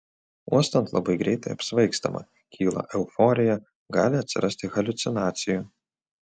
uostant labai greitai apsvaigstama kyla euforija gali atsirasti haliucinacijų